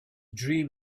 dream